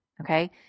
okay